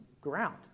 ground